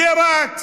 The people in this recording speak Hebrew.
זה רץ.